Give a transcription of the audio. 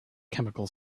chemical